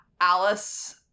Alice